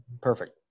perfect